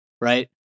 right